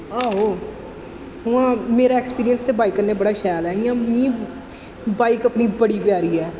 हां ओह् उ'आं मेरा ऐक्सपीरियंस ते बाइक कन्नै बड़ा शैल ऐ इ'यां मी बाइक अपनी बड़ी प्यारी ऐ